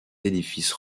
édifices